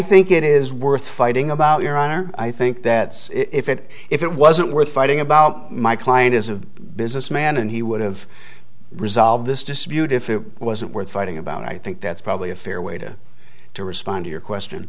think it is worth fighting about your honor i think that if it if it wasn't worth fighting about my client is a businessman and he would've resolve this dispute if it wasn't worth fighting about i think that's probably a fair way to to respond to your question